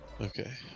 Okay